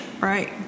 Right